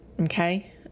Okay